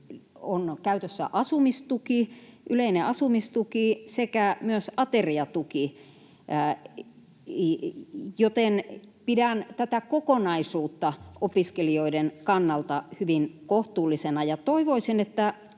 ovat käytössä yleinen asumistuki sekä ateriatuki, joten pidän tätä kokonaisuutta opiskelijoiden kannalta hyvin kohtuullisena. Toivoisin, että